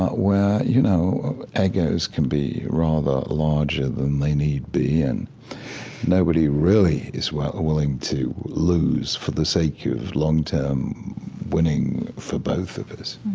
but where you know egos can be rather larger than they need be, and nobody really is willing to lose for the sake of long-term winning for both of us.